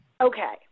Okay